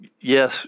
yes